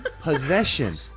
Possession